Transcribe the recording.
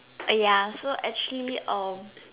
!aiya! so actually um